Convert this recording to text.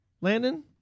landon